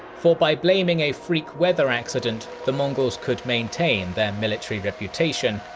for by blaming a freak weather accident, the mongols could maintain their military reputation,